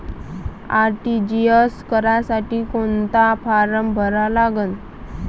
RTGS करासाठी कोंता form भरा लागन?